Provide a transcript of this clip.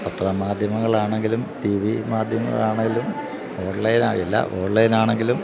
പത്രമാധ്യമങ്ങളാണെങ്കിലും T V മാധ്യമങ്ങളാണെങ്കിലും ഓൺലൈനാണെങ്കിലും